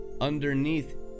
Underneath